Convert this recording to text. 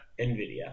NVIDIA